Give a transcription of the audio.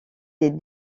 des